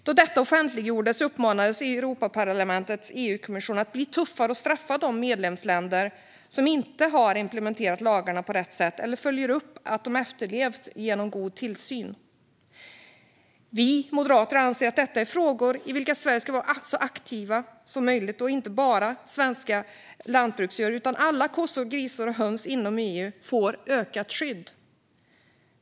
Då detta offentliggjordes uppmanade Europaparlamentet EU-kommissionen att bli tuffare och straffa de medlemsländer som inte har implementerat lagarna på rätt sätt eller som inte följer upp att de efterlevs genom god tillsyn. Vi i Moderaterna anser att detta är frågor i vilka Sverige ska vara så aktivt som möjligt, inte bara för svenska lantbruksdjur utan för att alla kossor, grisar och höns inom EU ska få ökat skydd.